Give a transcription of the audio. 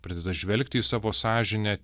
pradeda žvelgti į savo sąžinę